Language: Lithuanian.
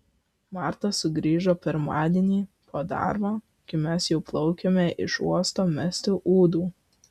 marta sugrįžo pirmadienį po darbo kai mes jau plaukėme iš uosto mesti ūdų